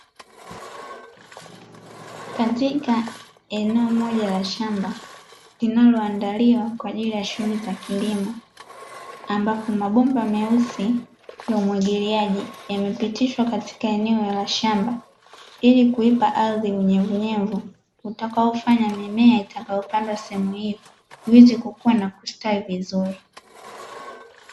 Katika eneo moja la shamba linaloandaliwa kwa ajili shughuli za kilimo, ambapo mabomba meusi ya umwagiliaji yamepitishwa katika eneo shamba, ili kuipa ardhi unyevuunyevu utakaofanya mimea itakayopandwa sehemu hiyo, iweze kukua na kustawi vizuri.